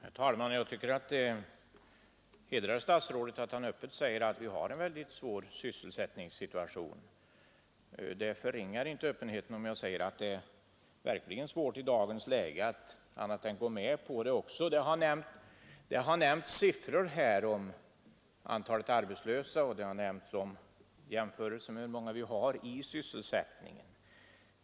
Herr talman! Jag tycker det hedrar statsrådet Holmqvist att han öppet medger att vi har en mycket svår sysselsättningssituation. Det förringar inte öppenheten, om jag säger att det i dagens läge verkligen är svårt att inte hålla med om detta. Det har nämnts siffror om antalet arbetslösa, och som jämförelse har nämnts hur många människor vi har i sysselsättning.